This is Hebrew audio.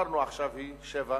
ועכשיו היא 7.5%,